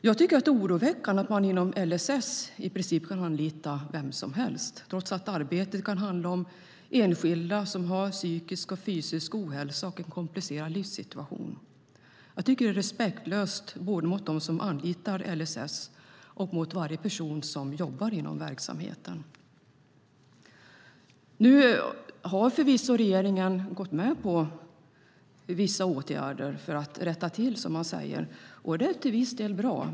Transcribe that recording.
Jag tycker att det är oroväckande att man inom LSS i princip kan anlita vem som helst, trots att arbetet kan handla om enskilda som har psykisk och fysisk ohälsa och en komplicerad livssituation. Jag tycker att det är respektlöst både mot dem som anlitar LSS och mot varje person som jobbar inom verksamheten. Nu har förvisso regeringen gått med på att vidta vissa åtgärder för att rätta till detta, som man säger. Det är till viss del bra.